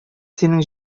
синең